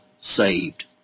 saved